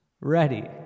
Ready